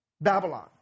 Babylon